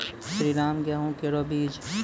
श्रीराम गेहूँ केरो बीज?